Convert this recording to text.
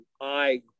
I